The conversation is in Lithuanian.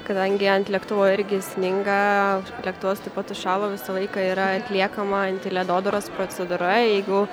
kadangi ant lėktuvo irgi sninga lėktuvas taip pat užšalo visą laiką yra atliekama antiledodaros procedūra jeigu